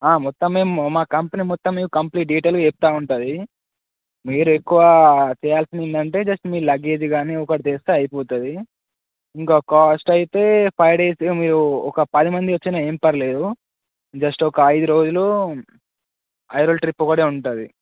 మొత్తం మేము మా కంపెనీ మొత్తం మీ కంప్లీట్ డీటెయిల్ చెప్తూ ఉంటుంది మీరు ఎక్కువ చేయాల్సినందంటే జస్ట్ మీ లగేజ్ కాని ఒకటి తీస్తే అయిపోతుంది ఇంకా కాస్ట్ అయితే ఫైవ్ డేస్ మీరు ఒక పదిమంది వచ్చిన ఏం పర్లేదు జస్ట్ ఒక ఐదు రోజులు ఐదు ట్రిప్ ఒక్కటే ఉంటుంది